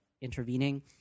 intervening